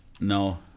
No